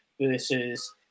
versus